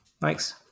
thanks